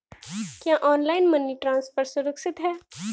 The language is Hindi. क्या ऑनलाइन मनी ट्रांसफर सुरक्षित है?